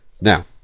Now